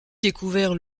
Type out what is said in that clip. découvert